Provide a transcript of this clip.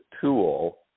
tool